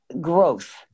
growth